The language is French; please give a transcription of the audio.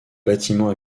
bâtiment